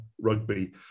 rugby